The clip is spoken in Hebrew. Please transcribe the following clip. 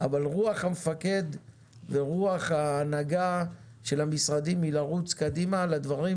אבל רוח המפקד ורוח ההנהגה של המשרדים היא לרוץ קדימה לדברים